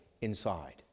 inside